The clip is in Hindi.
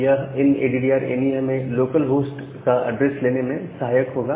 यह INADDR ANY हमें लोकलहोस्ट का एड्रेस लेने में सहायक होगा